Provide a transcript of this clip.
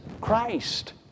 Christ